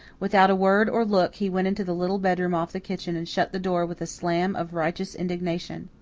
without a word or look he went into the little bedroom off the kitchen and shut the door with a slam of righteous indignation.